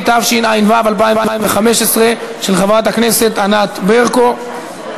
התשע"ו 2015, של חברת הכנסת ענת ברקו.